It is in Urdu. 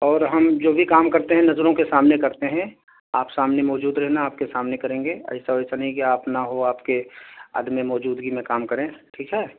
اور ہم جو بھی کام کرتے ہیں نظروں کے سامنے کرتے ہیں آپ سامنے موجود رہنا آپ کے سامنے کریں گے ایسا ویسا نہیں کہ آپ نہ ہو آپ کے عدم موجودگی میں کام کریں ٹھیک ہے